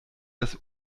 das